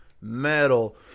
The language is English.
Metal